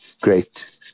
great